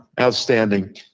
Outstanding